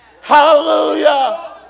Hallelujah